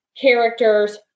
characters